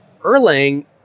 Erlang